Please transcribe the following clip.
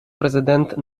президент